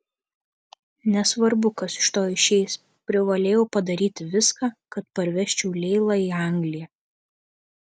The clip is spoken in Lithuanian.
nesvarbu kas iš to išeis privalėjau padaryti viską kad parvežčiau leilą į angliją